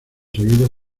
seguidos